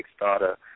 Kickstarter